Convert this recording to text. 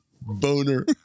boner